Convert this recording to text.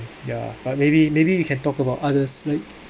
yeah but maybe maybe you can talk about others like